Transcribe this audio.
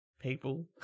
people